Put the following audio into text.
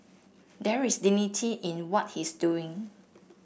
there is dignity in what he's doing